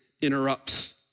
interrupts